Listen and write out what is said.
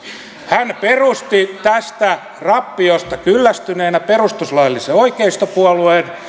hän perusti tästä rappiosta kyllästyneenä perustuslaillisen oikeistopuolueen